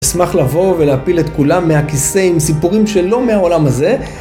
אשמח לבוא ולהפיל את כולם מהכיסא עם סיפורים שלא מהעולם הזה.